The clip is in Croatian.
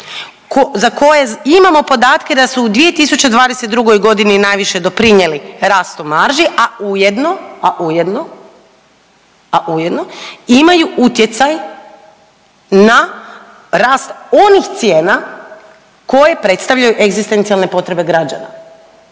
za koje imamo podatke da su u 2022. godini najviše doprinijeli rastu marži, a ujedno, a ujedno, a ujedno imaju utjecaj na rast onih cijena koje predstavljaju egzistencijalne potrebe građana.